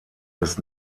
des